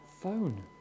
phone